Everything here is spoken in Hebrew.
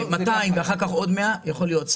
יכול להיות.